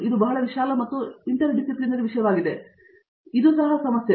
ಇದು ಬಹಳ ವಿಶಾಲ ಮತ್ತು ಅಂತರಶಿಲ್ಪದ ವಿಷಯವಾಗಿದೆ ಅದು ಸಮಸ್ಯೆ